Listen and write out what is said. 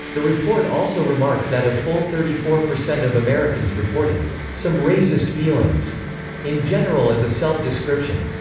the report also remarked that a full thirty four percent of americans reported some racist feelings in general as a self-description.